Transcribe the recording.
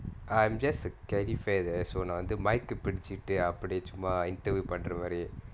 I'm just calefare leh so நா வந்து:naa vanthu mic கு புடிச்சிட்டு அப்புடியே சும்மா:ku pudichittu appudiyae summa interview பண்ற மாரி:pandra maari